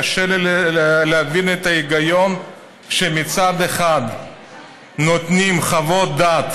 קשה לי להבין את ההיגיון שמצד אחד נותנים חוות דעת